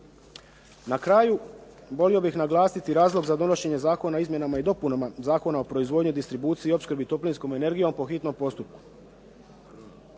Na kraju volio bih naglasiti razlog za donošenje Zakona o izmjenama i dopunama Zakona o proizvodnji, distribuciji i opskrbi toplinskom energijom po hitnom postupku.